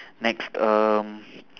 next um